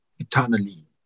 Eternally